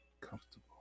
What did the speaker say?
comfortable